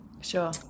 Sure